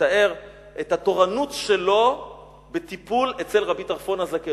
מתאר את התורנות שלו בטיפול אצל רבי טרפון הזקן.